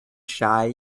shy